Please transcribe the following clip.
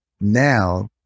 Now